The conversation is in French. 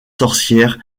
sorcières